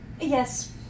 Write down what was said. Yes